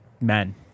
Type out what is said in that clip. men